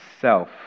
self